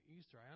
Easter